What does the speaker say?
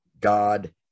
God